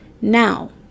Now